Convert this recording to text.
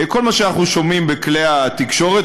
כל מה שאנחנו שומעים בכלי התקשורת,